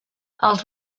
els